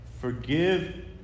forgive